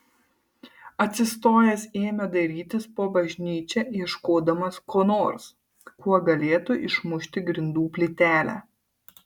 atsistojęs ėmė dairytis po bažnyčią ieškodamas ko nors kuo galėtų išmušti grindų plytelę